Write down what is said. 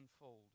unfold